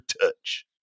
touch